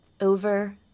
over